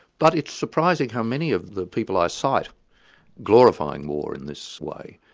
but it's surprising how many of the people i cite glorifying war in this way,